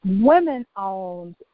women-owned